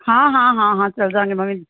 ਹਾਂ ਹਾਂ ਹਾਂ ਹਾਂ ਚਲ ਜਾਂਗੇ ਮੈਂ ਵੀ